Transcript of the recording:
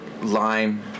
lime